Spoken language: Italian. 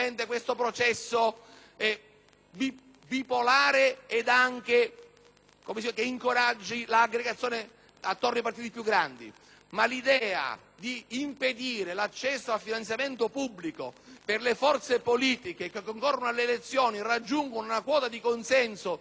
processo bipolare che incoraggi l'aggregazione attorno ai partiti più grandi; ma impedire l'accesso al finanziamento pubblico per le forze politiche che concorrono alle elezioni e che raggiungono una quota di consenso dignitosa impedisce perfino le condizioni minime della competizione,